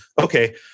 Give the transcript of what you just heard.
okay